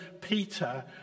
Peter